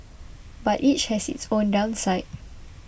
but each has its own downside